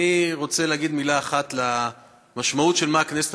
אני רוצה להגיד מילה אחת על המשמעות של מה שהכנסת